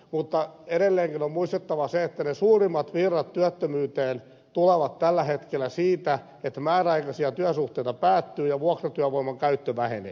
mutta edelleenkin on muistettava se että ne suurimmat virrat työttömyyteen tulevat tällä hetkellä siitä että määräaikaisia työsuhteita päättyy ja vuokratyövoiman käyttö vähenee